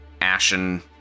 ashen